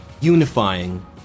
unifying